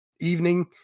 evening